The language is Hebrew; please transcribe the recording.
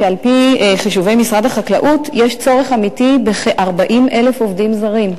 שעל-פי חישובי משרד החקלאות יש צורך אמיתי בכ-40,000 עובדים זרים,